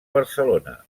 barcelona